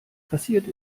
passiert